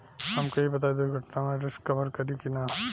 हमके ई बताईं दुर्घटना में रिस्क कभर करी कि ना?